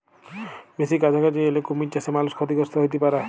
বেসি কাছাকাছি এলে কুমির চাসে মালুষ ক্ষতিগ্রস্ত হ্যতে পারে